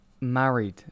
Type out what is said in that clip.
married